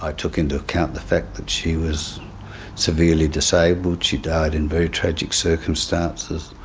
ah took into account the fact that she was severely disabled. she died in very tragic circumstances.